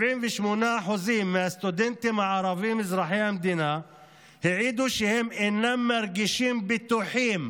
78% מהסטודנטים הערבים אזרחי המדינה העידו שהם אינם מרגישים בטוחים